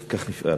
כך נפעל.